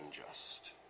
unjust